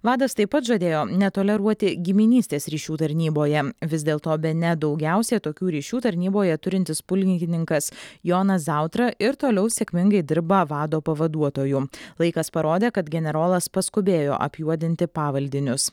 vadas taip pat žadėjo netoleruoti giminystės ryšių tarnyboje vis dėlto bene daugiausia tokių ryšių tarnyboje turintis pulkininkas jonas zautra ir toliau sėkmingai dirba vado pavaduotoju laikas parodė kad generolas paskubėjo apjuodinti pavaldinius